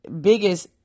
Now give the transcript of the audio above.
biggest